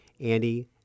Andy